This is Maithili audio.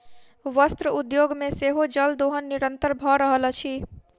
वस्त्र उद्योग मे सेहो जल दोहन निरंतन भ रहल अछि